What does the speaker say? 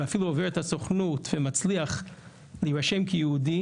ואפילו עובר את הסוכנות ומצליח להירשם כיהודי,